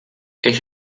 ich